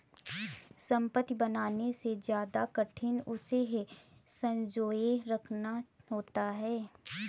संपत्ति बनाने से ज्यादा कठिन उसे संजोए रखना होता है